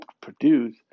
produce